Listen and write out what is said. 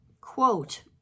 quote